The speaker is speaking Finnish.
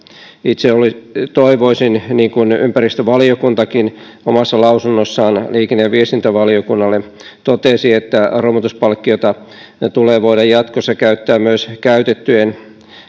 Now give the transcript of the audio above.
itse toivoisin niin kuin ympäristövaliokuntakin omassa lausunnossaan liikenne ja viestintävaliokunnalle totesi että romutuspalkkiota tulee voida jatkossa käyttää myös